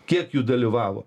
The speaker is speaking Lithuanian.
kiek jų dalyvavo